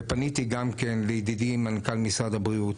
ופניתי גם כן לידידי מנכ"ל משרד הבריאות